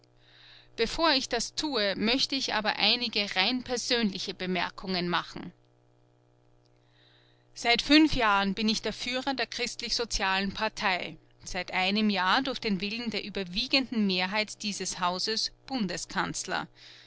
bevor ich das tue möchte ich aber einige rein persönliche bemerkungen machen seit fünf jahren bin ich der führer der christlichsozialen partei seit einem jahr durch den willen der überwiegenden mehrheit dieses hauses